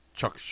Chuck